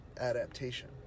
adaptation